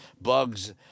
bugs